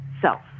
self